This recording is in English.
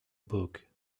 book